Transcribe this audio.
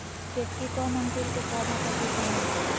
केतकी कौन अंकुर के पौधे का किस्म है?